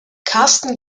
karsten